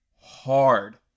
hard